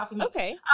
Okay